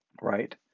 right